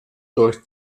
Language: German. durch